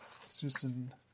Susan